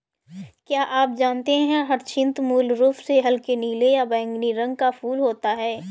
क्या आप जानते है ह्यचीन्थ मूल रूप से हल्के नीले या बैंगनी रंग का फूल होता है